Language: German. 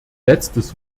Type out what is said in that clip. letztes